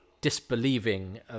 disbelieving